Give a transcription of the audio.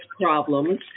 problems